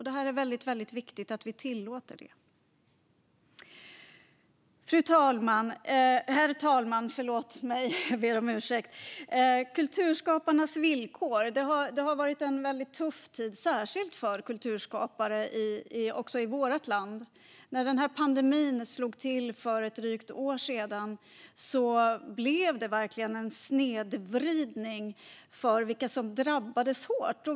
Det är väldigt viktigt att vi tillåter det. Herr talman! Det har varit en tuff tid, särskilt för kulturskaparna i vårt land. När pandemin slog till för drygt ett år sedan blev det verkligen en snedvridning av vilka som drabbades hårt.